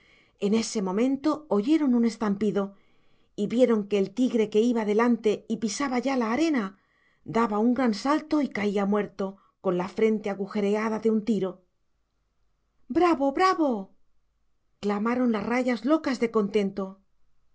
en ese momento oyeron un estampido y vieron que el tigre que iba delante y pisaba ya la arena daba un gran salto y caía muerto con la frente agujereada de un tiro bravo bravo clamaron las rayas locas de contento